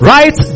Right